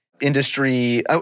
industry